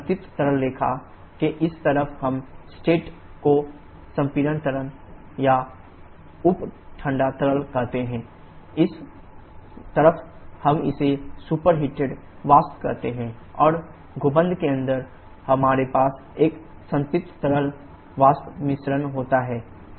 संतृप्त तरल रेखा के इस तरफ हम स्टेट को संपीड़ित तरल या उप ठंडा तरल कहते हैं इस तरफ हम इसे सुपरहीटेड वाष्प कहते हैं और गुंबद के अंदर हमारे पास एक संतृप्त तरल वाष्प मिश्रण होता है